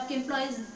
employees